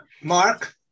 Mark